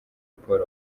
paul